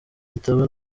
gitabo